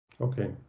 Okay